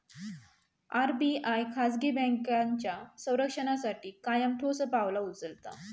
RBI खाजगी बँकांच्या संरक्षणासाठी कायम ठोस पावला उचलता